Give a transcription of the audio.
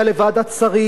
ליפול,